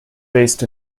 based